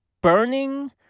burning